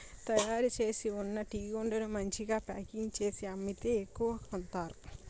తయారుచేసి ఉన్న టీగుండను మంచిగా ప్యాకింగ్ చేసి అమ్మితే ఎక్కువ కొంతారు